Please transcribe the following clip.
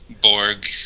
Borg